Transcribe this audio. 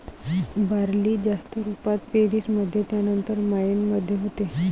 barley जास्त रुपात पेरीस मध्ये त्यानंतर मायेन मध्ये होते